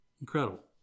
Incredible